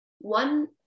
One